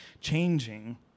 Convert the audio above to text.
changing